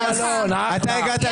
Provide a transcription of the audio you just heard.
שלום אדוני היושב-ראש, הגעת?